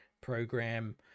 program